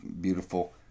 beautiful